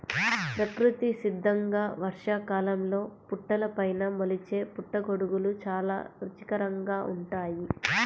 ప్రకృతి సిద్ధంగా వర్షాకాలంలో పుట్టలపైన మొలిచే పుట్టగొడుగులు చాలా రుచికరంగా ఉంటాయి